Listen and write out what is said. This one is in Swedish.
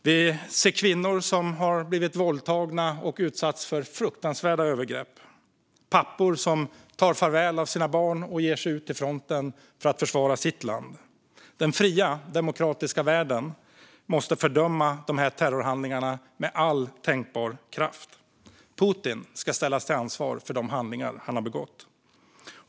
Vi får se kvinnor som blivit våldtagna och utsatts för fruktansvärda övergrepp. Vi får se pappor som tar farväl av sina barn och ger sig ut till fronten för att försvara sitt land. Den fria demokratiska världen måste fördöma dessa terrorhandlingar med all tänkbar kraft. Putin ska ställas till ansvar för de handlingar han begått.